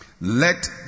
Let